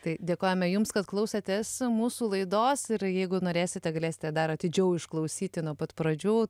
tai dėkojame jums kad klausotės mūsų laidos ir jeigu norėsite galėsite dar atidžiau išklausyti nuo pat pradžių